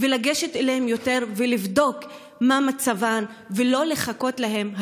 לגשת אליהם יותר ולבדוק מה מצבם, ולא לחכות להם.